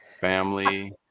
family